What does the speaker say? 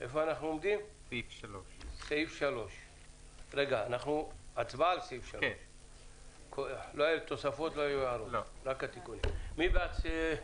הצבעה על סעיף 3. מי בעד?